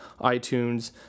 iTunes